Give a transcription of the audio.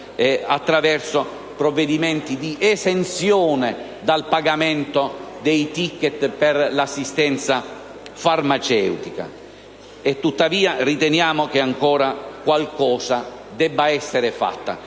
attraverso provvedimenti di esenzione dal pagamento dei *ticket* per l'assistenza farmaceutica. Tuttavia, riteniamo che ancora qualcosa debba essere fatto.